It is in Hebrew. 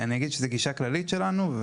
זו הגישה הכללית שלנו,